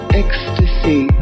ecstasy